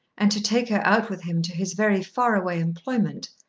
and to take her out with him to his very far-away employment,